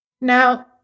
Now